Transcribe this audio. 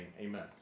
amen